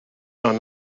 are